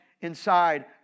inside